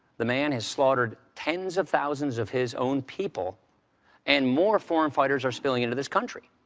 the man has slaughtered tens of thousands of his own people and more foreign fighters are spilling into this country.